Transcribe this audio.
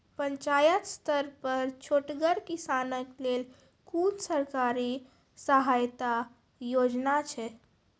पंचायत स्तर पर छोटगर किसानक लेल कुनू सरकारी सहायता योजना छै?